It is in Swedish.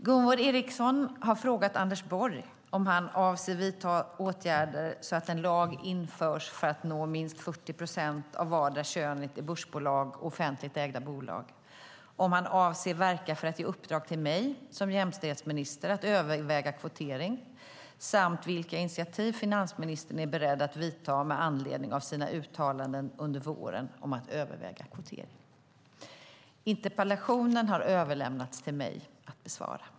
Gunvor G Ericson har frågat Anders Borg om han avser att vidta åtgärder så att en lag införs för att nå minst 40 procent av vartdera könet i börsbolag och offentligt ägda bolag, om han avser att verka för att ge uppdrag till mig som jämställdhetsminister att överväga kvotering samt vilka initiativ finansministern är beredd att vidta med anledning av sina uttalanden under våren om att överväga kvotering. Interpellationen har överlämnats till mig att besvara.